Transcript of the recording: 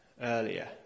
earlier